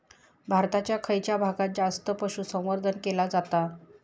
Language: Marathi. भारताच्या खयच्या भागात जास्त पशुसंवर्धन केला जाता?